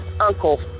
uncle